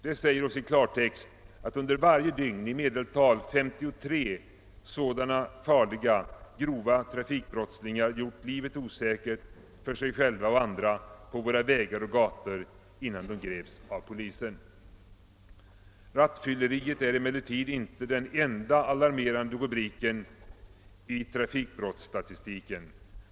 Detta säger oss i klartext att under varje dygn i medeltal 53 sådana farliga trafikbrottslingar gjort livet osäkert för sig själva och andra på vägar och gator innan de greps av polisen. Rattfylleriet är emellertid inte den enda alarmerande rubriken i trafikbrottsstatistiken.